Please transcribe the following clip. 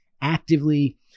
actively